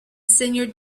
singer